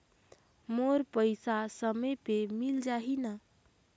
मोर पइसा समय पे मिल जाही न?